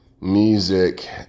music